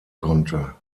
konnte